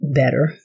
better